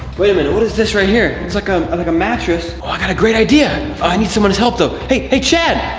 wait a minute. what's this right here? it's like um, like a mattress. oh, i got a great idea. i need someones help though. hey chad?